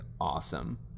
awesome